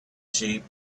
sheep